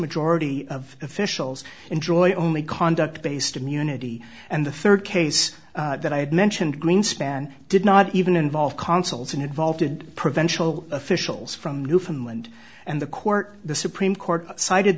majority of officials enjoy only conduct based immunity and the third case that i had mentioned greenspan did not even involve consuls and involved did prevention officials from newfoundland and the court the supreme court cited